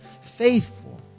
faithful